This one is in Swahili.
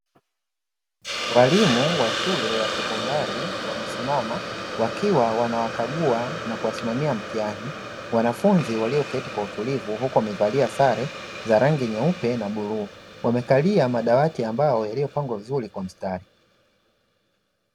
Walimu wa shule ya sekondari wamesimama wakiwa wanawakagua na kuwasimamia mtihani wanafunzi walioketi kwa utulivu, huku wamevalia sare za rangi nyeupe na bluu, wamekalia madawati ambayo yaliyopangwa vizuri kwa mstari.